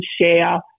share